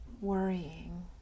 worrying